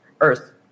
earth